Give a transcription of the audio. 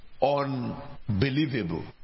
Unbelievable